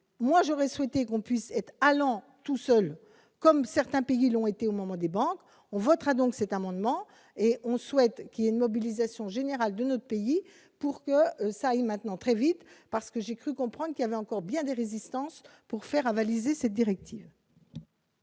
moi j'aurais souhaité qu'on puisse être allant tout seul comme certains pays l'ont été au moment des banques, on votera donc cet amendement et on souhaite qu'il y a une mobilisation générale de notre pays pour que ça aille maintenant très vite parce que j'ai cru comprendre qu'il avait encore bien des résistances pour faire avaliser cette directive.